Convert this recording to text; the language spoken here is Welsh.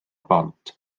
bont